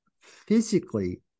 physically